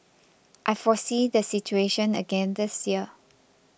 I foresee the situation again this year